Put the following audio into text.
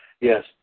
Yes